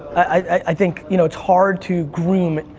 i think you know it's hard to groom.